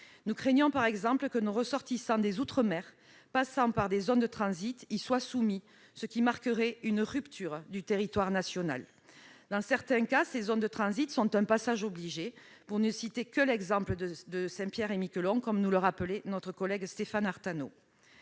Nous craignons que nos ressortissants des outre-mer passant par des zones de transit y soient soumis ; en résulterait une rupture de la continuité territoriale. Dans certains cas, ces zones de transit sont un passage obligé- je ne citerai que l'exemple de Saint-Pierre-et-Miquelon, que nous a rappelé notre collègue Stéphane Artano.